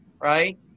Right